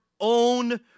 own